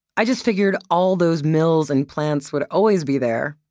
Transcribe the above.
i just figured all those mills and plants would always be there,